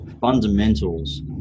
fundamentals